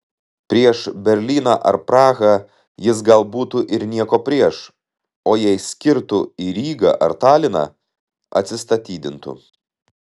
prieš berlyną ar prahą jis gal būtų ir nieko prieš o jei skirtų į rygą ar taliną atsistatydintų